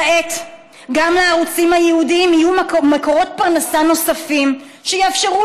כעת גם לערוצים הייעודיים יהיו מקורות פרנסה נוספים שיאפשרו